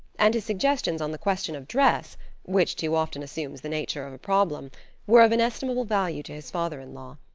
and his suggestions on the question of dress which too often assumes the nature of a problem were of inestimable value to his father-in-law.